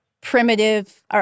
primitive